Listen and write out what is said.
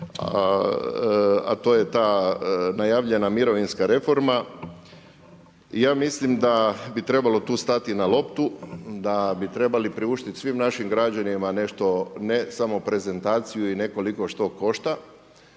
a to je ta najavljena mirovinska reforma. Ja mislim da bi trebalo tu stati na loptu, da bi trebali priuštiti svim našim građanima nešto ne samo prezentaciju i ne koliko što košta